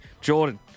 Jordan